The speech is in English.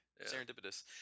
Serendipitous